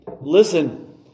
Listen